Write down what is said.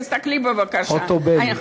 תסתכלי בבקשה, חוטובלי.